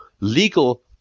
legal